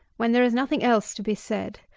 when there is nothing else to be said.